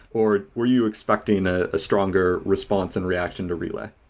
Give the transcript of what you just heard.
or were you expecting ah a stronger response and reaction to relay?